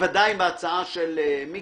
בוודאי בהצעה של מיקי,